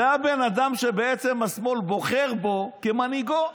זה הבן אדם שבעצם השמאל בוחר בו כמנהיגו.